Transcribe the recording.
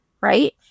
right